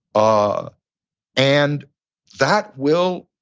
ah and that will,